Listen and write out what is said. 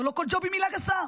ולא כל ג'וב היא מילה גסה.